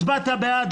הצבעת בעד,